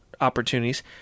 opportunities